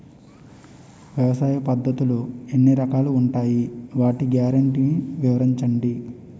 వ్యవసాయ పద్ధతులు ఎన్ని రకాలు ఉంటాయి? వాటి గ్యారంటీ వివరించండి?